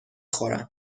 خورم